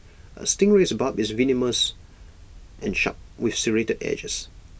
A stingray's barb is venomous and sharp with serrated edges